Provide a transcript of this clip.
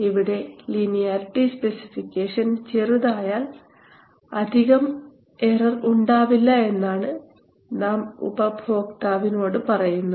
ഇവിടെ linearity specification ചെറുതായാൽ അധികം എറർ ഉണ്ടാവില്ല എന്നാണ് നാം ഉപഭോക്താവിനോട് പറയുന്നത്